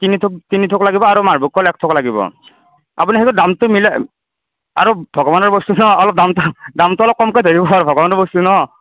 তিনি থোক তিনি থোক লাগিব আৰু মালভোগ কল এক থোক লাগিব আপুনি সেইটো দামটো মিলাই আৰু ভগৱানৰ বস্তু ন অলপ দামটো দামটো অলপ কমকৈ ধৰিব আৰু ভগৱানৰ বস্তু ন